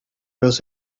los